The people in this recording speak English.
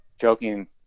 joking